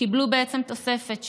קיבלו בעצם תוספת,